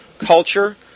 culture